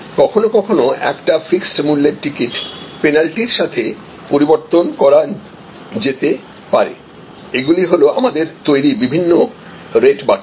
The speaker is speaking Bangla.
কখনও কখনও একটি ফিক্সড মূল্যের টিকিট পেনাল্টির সাথে পরিবর্তনযোগ্য করা যেতে পারে এগুলি হল আমাদের তৈরি বিভিন্ন রেট বাকেট